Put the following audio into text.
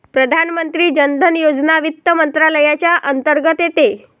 प्रधानमंत्री जन धन योजना वित्त मंत्रालयाच्या अंतर्गत येते